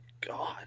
God